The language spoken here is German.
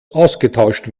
ausgetauscht